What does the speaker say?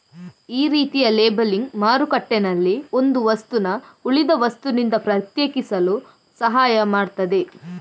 ಈ ರೀತಿಯ ಲೇಬಲಿಂಗ್ ಮಾರುಕಟ್ಟೆನಲ್ಲಿ ಒಂದು ವಸ್ತುನ ಉಳಿದ ವಸ್ತುನಿಂದ ಪ್ರತ್ಯೇಕಿಸಲು ಸಹಾಯ ಮಾಡ್ತದೆ